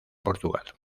portugal